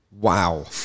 wow